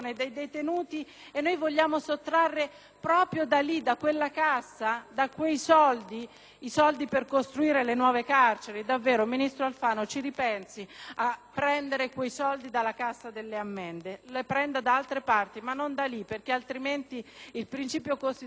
sottrarre proprio da quella cassa i soldi per costruire nuove carceri? Davvero, ministro Alfano, ci ripensi a prendere quei soldi dalla Cassa delle ammende. Li prenda da altre parti, ma non da lì, altrimenti il principio costituzionale davvero viene meno.